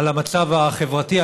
על המצב החברתי,